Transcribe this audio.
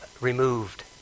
removed